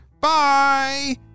Bye